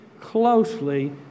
closely